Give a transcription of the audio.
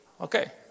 Okay